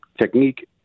technique